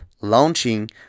launching